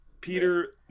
Peter